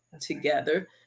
together